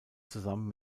zusammen